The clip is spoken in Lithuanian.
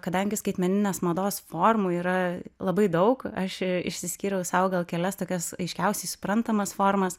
kadangi skaitmeninės mados formų yra labai daug aš išsiskyriau sau gal kelias tokias aiškiausiai suprantamas formas